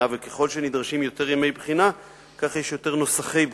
וככל שנדרשים יותר ימי בחינה כך יש יותר נוסחי בחינה.